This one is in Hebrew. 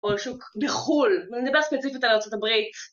או שוק בחו"ל, אני מדבר ספציפית על ארצות הברית.